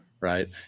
Right